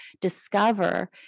discover